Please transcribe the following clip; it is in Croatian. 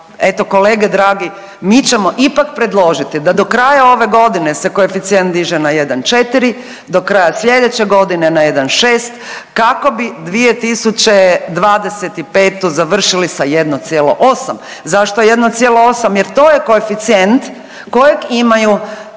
kolege dragi mi ćemo ipak predložiti da do kraja ove godine se koeficijent diže na 1,4, do kraja slijedeće godine na 1,6 kako bi 2025. završili sa 1,8. Zašto 1,8? Jer to je koeficijent kojeg imaju